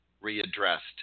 readdressed